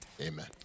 Amen